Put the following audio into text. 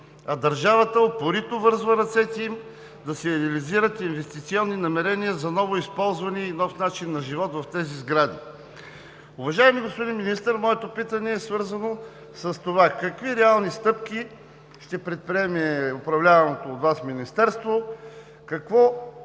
държавата упорито връзва ръцете им да си реализират инвестиционни намерения за ново използване и нов начин на живот в тези сгради. Уважаеми господин Министър, моето питане е свързано с това: какви реални стъпки ще предприеме управляваното от Вас Министерство, какво